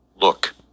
look